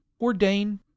ordain